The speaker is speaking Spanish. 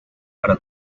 para